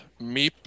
Meep